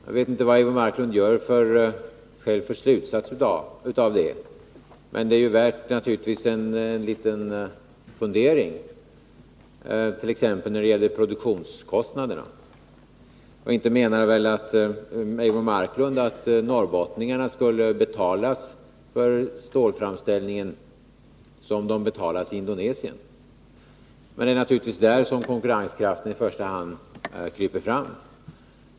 Jag vet inte vad Eivor Marklund själv drar för slutsatser av detta. Det är naturligtvis värt en liten fundering, t.ex. när det gäller produktionskostnaderna. Inte menar väl Eivor Marklund att norrbottningarna skulle betalas för stålframställningen som man betalas i Indonesien? Men det är naturligtvis där som konkurrenskraften i första hand kryper fram.